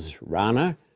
Rana